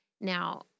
Now